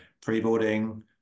pre-boarding